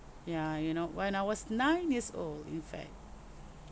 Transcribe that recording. ya you know when I was nine years old in fact